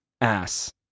Ass